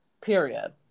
period